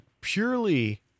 Purely